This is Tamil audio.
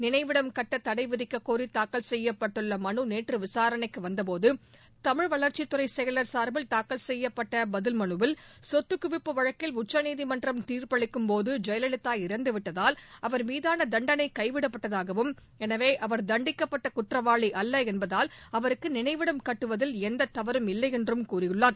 நினைவிடம் கட்ட தடைவிதிக்கக் கோரி தாக்கல் செய்யப்பட்டுள்ள மனு நேற்று விசாரணைக்கு வந்த போது தமிழ் வளர்ச்சித்துறை செயலர் சார்பில் தாக்கல் செய்யப்பட்ட பதில் மனுவில் சொத்துக்குவிப்பு வழக்கில் உச்சநீதிமன்றம் தீர்ப்பளிக்கும் போது ஜெயலலிதா இறந்து விட்டதால் அவர் மீதான தண்டனை கைவிடப்பட்டதாகவும் எனவே அவர் தண்டிக்கப்பட்ட குற்றவாளி அல்ல என்பதால் அவருக்கு நினைவிடம் கட்டுவதில் எந்தத் தவறும் இல்லையென்றும் கூறியுள்ளார்